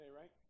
right